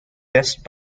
best